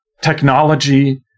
technology